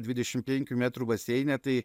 dvidešim penkių metrų baseine tai